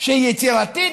שהיא יצירתית,